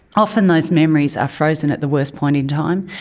often those memories are frozen at the worst point in time,